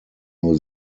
nur